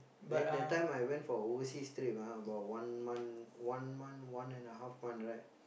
then that time I went for overseas trip ah about one month one month one and a half month right